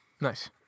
Nice